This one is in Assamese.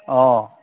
অঁ